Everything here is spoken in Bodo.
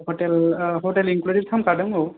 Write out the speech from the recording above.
हटेल हटेल इनक्लुदिन खालामफादो आव